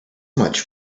much